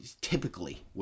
typically